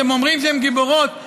אתם אומרים שהן גיבורות,